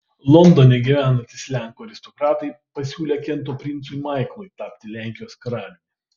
londone gyvenantys lenkų aristokratai pasiūlė kento princui maiklui tapti lenkijos karaliumi